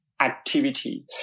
activity